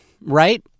Right